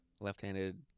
left-handed